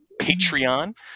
Patreon